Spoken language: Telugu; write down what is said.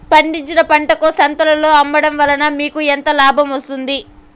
పండించిన పంటను సంతలలో అమ్మడం వలన మీకు ఎంత లాభం వస్తుంది?